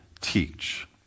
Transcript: teach